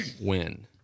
win